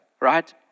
right